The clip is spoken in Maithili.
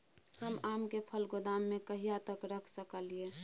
हम आम के फल गोदाम में कहिया तक रख सकलियै?